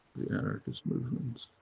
the anarchist movements